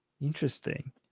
interesting